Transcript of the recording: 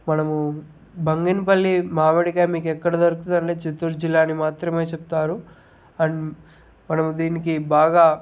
మనము బంగిన పల్లి మామిడికాయ మీకు ఎక్కడ దొరుకుతుందని చిత్తూరు జిల్లా అని మాత్రమే చెప్తారు అండ్ మనము దీనికి బాగా